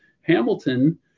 Hamilton